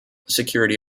security